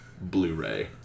Blu-ray